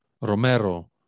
Romero